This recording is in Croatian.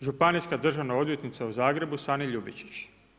županijska državna odvjetnica u Zagrebu, Sani Ljubičić.